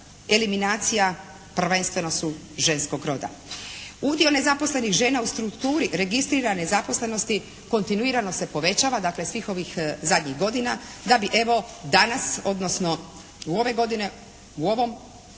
eliminacija prvenstveno su ženskog roda. Udio nezaposlenih žena u strukturi registrirane zaposlenosti kontinuirano se povećava, dakle svih ovih zadnjih godina da bi evo danas odnosno ove godine u ovom